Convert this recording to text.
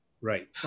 Right